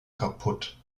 kaputt